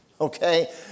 Okay